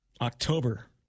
October